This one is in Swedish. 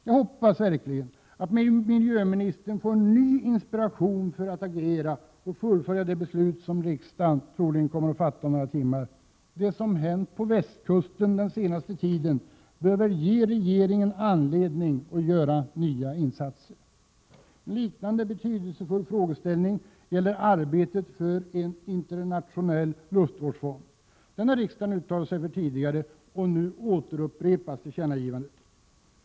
Jag hoppas verkligen att miljöministern får ny inspiration, så att hon kan agera för ett fullföljande av det beslut som riksdagen troligen kommer att fatta om några timmar. Det som har hänt västkusten under den senaste tiden bör väl utgöra en anledning för regeringen att vidta nya åtgärder. En liknande betydelsefull frågeställning gäller arbetet för en internationell luftvårdsfond. En sådan har riksdagen uttalat sig för tidigare och nu återupprepas detta tillkännagivande.